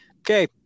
okay